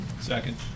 Second